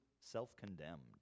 self-condemned